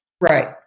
Right